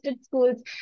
schools